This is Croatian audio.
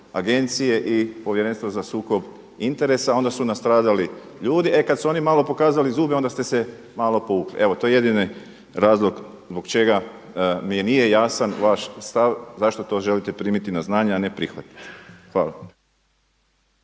agencije i Povjerenstva za sukob interesa. Onda su nastradali ljudi. E kad su oni malo pokazali zube onda ste se malo povukli, evo to je jedini razlog zbog čega mi nije jasan vaš stav zašto to želite primiti na znanje, a ne prihvatiti. Hvala.